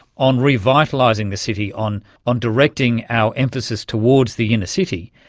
on revitalising the city, on on directing our emphasis towards the inner city,